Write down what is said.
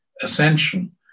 ascension